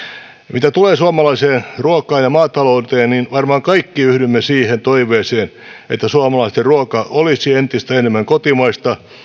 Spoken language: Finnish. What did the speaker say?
mitä tulee suomalaiseen ruokaan ja maatalouteen niin varmaan kaikki yhdymme siihen toiveeseen että suomalaisten ruoka olisi entistä enemmän kotimaista